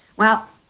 well,